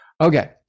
Okay